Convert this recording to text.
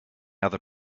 other